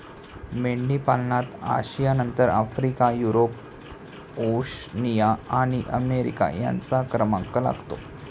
मेंढीपालनात आशियानंतर Africa, Europe, Oceania आणि अमेरिका यांचा क्रमांक लागतो